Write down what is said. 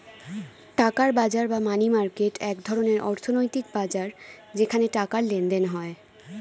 টাকার বাজার বা মানি মার্কেট এক ধরনের অর্থনৈতিক বাজার যেখানে টাকার লেনদেন হয়